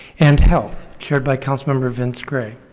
and health, chaired by councilmember vince gray.